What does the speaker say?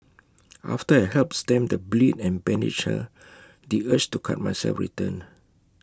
after I helped stem the bleed and bandaged her the urge to cut myself returned